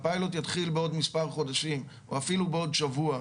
והפיילוט יתחיל בעוד מספר חודשים או אפילו בעוד שבוע,